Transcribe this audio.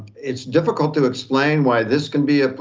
it's difficult to explain why this can be